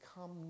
come